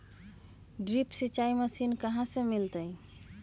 Drip सिंचाई machine कहाँ से मिलतै?